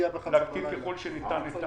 ככל שניתן את